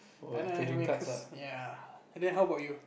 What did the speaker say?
and I ya and then how about you